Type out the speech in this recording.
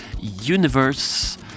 universe